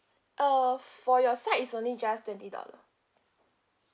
uh for your side it's only just twenty dollar